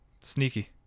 Sneaky